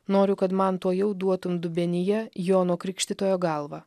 noriu kad man tuojau duotum dubenyje jono krikštytojo galvą